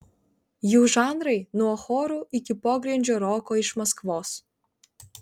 jų žanrai nuo chorų iki pogrindžio roko iš maskvos